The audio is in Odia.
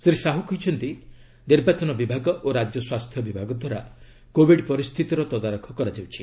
ଶ୍ରୀ ସାହୁ କହିଛନ୍ତି ନିର୍ବାଚନ ବିଭାଗ ଓ ରାଜ୍ୟ ସ୍ୱାସ୍ଥ୍ୟ ବିଭାଗଦ୍ୱାରା କୋବିଡ୍ ପରିସ୍ଥିତିର ତଦାରଖ କରାଯାଉଛି